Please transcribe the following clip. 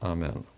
Amen